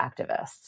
activists